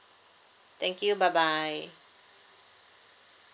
thank you bye bye